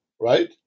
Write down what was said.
right